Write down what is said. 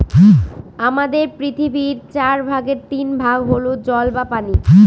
আমাদের পৃথিবীর চার ভাগের তিন ভাগ হল জল বা পানি